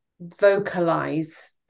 vocalize